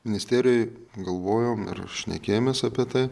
ministerijoj galvojom ir šnekėjomės apie tai